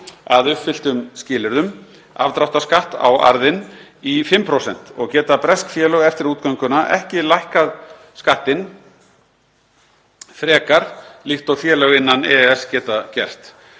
að uppfylltum skilyrðum, afdráttarskatt á arðinn í 5% og geta bresk félög eftir útgönguna ekki lækkað skattinn frekar, líkt og félög innan EES geta gert.